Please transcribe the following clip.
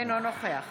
אינו נוכח